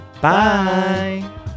Bye